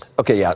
ok. yeah